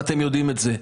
ואתם יודעים את זה.